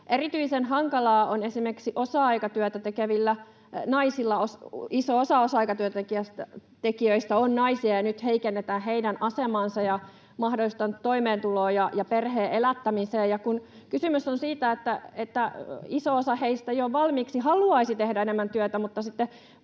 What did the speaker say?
Erityisen hankalaa on esimerkiksi osa-aikatyötä tekevillä naisilla. Iso osa osa-aikatyöntekijöistä on naisia, ja nyt heikennetään heidän asemaansa ja mahdollisuuttaan toimeentuloon ja perheen elättämiseen. Kun kysymys on siitä, että iso osa heistä jo valmiiksi haluaisi tehdä enemmän työtä,